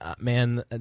Man